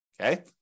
Okay